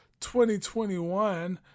2021